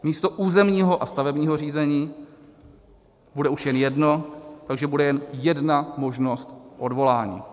Místo územního a stavebního řízení bude už jen jedno, takže bude jen jedna možnost odvolání.